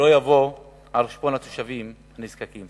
שלא יהיו על-חשבון התושבים הנזקקים.